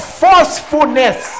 forcefulness